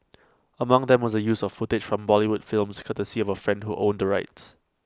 among them was the use of footage from Bollywood films courtesy of A friend who owned the rights